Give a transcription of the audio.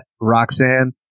Roxanne